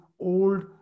old